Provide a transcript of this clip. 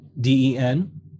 D-E-N